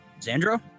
Xandro